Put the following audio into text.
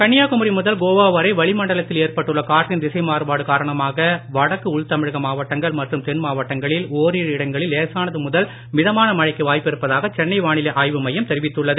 கன்னியாகுமரி முதல் கோவா வரை வளிமண்டலத்தில் ஏற்பட்டுள்ள காற்றின் திசை மாறுபாடு காரணமாக வடக்கு உள்தமிழக மாவட்டங்கள் மற்றும் தென் மாவட்டங்களில் ஓரிரு இடங்களில் லேசானது முதல் மிதமான மழைக்கு வாய்ப்பிருப்பதாக சென்னை வானிலை ஆய்வு மையம் தெரிவித்துள்ளது